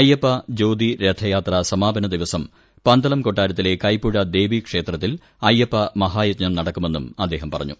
അയ്യപ്പ ജോതിരഥയാത്രി സമാപന ദിവസം പന്തളം കൊട്ടാരത്തിലെ ക്കൈപ്പുഴ ദേവീക്ഷേത്രത്തിൽ അയ്യപ്പ മഹായജ്ഞം നടക്കുമെന്നും അദ്ദേഹം പറഞ്ഞു